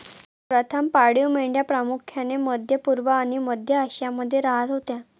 प्रथम पाळीव मेंढ्या प्रामुख्याने मध्य पूर्व आणि मध्य आशियामध्ये राहत होत्या